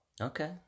Okay